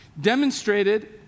demonstrated